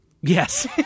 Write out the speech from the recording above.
Yes